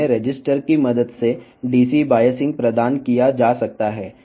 కాబట్టి ఈ సందర్భంలో డిసి బయాసింగ్ ను రెసిస్టర్ సహాయంతో అందించవచ్చు